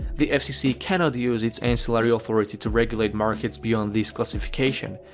the fcc cannot use its ancillary authority to regulate markets beyond this classification.